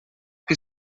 que